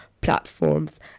platforms